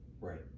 Right